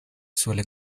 suele